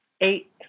eight